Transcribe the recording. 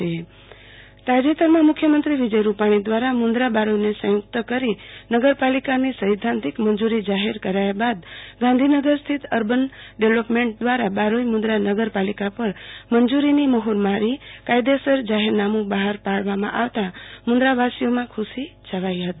આરતી ભદ્દ મુન્દ્રા નગર પાલિકા તાજેતરમાં મુખ્યમંત્રી વિજય રૂપાણી દ્વારા મુન્દ્રા બારોઈને સંયુક્ત કરી નગરપાલિકા ની સૈદ્ધાંતિક મંજુરી જાહેર કરાયા બાદ ગાંધીનગર સ્થિત અર્બન ડેવલોપમેન્ટ દ્વારા બારોઇ મુન્દ્રા નગરપાલિકા પર મંજુરીની મહોર મારી કાયદેસર જાહેરનામું બહાર પાડવા આવતા મુન્દ્રાના લોકોમાં ખુશી છવાઈ હતી